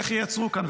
ואיך ייצרו כאן,